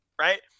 right